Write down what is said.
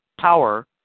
power